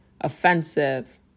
offensive